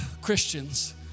Christians